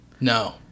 No